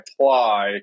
apply